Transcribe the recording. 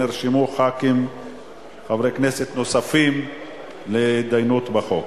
נרשמו חברי כנסת נוספים להתדיינות בחוק.